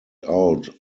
out